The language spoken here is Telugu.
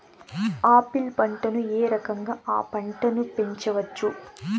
ఆపిల్ పంటను ఏ రకంగా అ పంట ను పెంచవచ్చు?